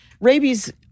Rabies